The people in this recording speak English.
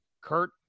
Kurt